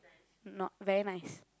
not very nice